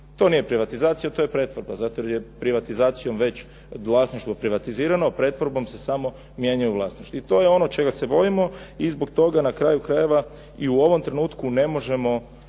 To nije privatizacija, to je pretvorba, zato jer je privatizacijom već vlasništvo privatizirano. Pretvorbom se samo mijenjaju vlasnici. I to je ono čega se bojimo i zbog toga na kraju krajeva i u ovom trenutku ne možemo